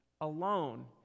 alone